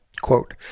Quote